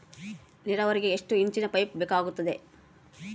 ನೇರಾವರಿಗೆ ಎಷ್ಟು ಇಂಚಿನ ಪೈಪ್ ಬೇಕಾಗುತ್ತದೆ?